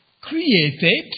created